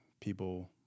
people